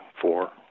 four